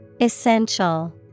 Essential